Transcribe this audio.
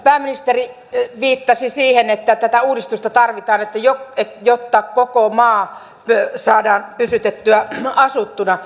pääministeri viittasi siihen että tätä uudistusta tarvitaan jotta koko maa saadaan pysytettyä asuttuna